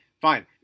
Fine